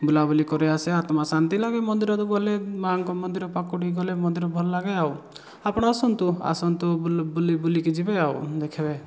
ବୁଲାବୁଲି କରି ଆସେ ଆତ୍ମା ଶାନ୍ତି ଲାଗେ ମନ୍ଦିରରୁ ଗଲେ ମାଆଙ୍କ ମନ୍ଦିର ପାଖକୁ ଟିକିଏ ଗଲେ ମନ୍ଦିର ଭଲ ଲାଗେ ଆଉ ଆପଣ ଆସନ୍ତୁ ଆସନ୍ତୁ ବୁଲୁ ବୁଲି ବୁଲିକି ଯିବେ ଆଉ ଦେଖିବେ